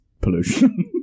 pollution